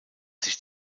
sich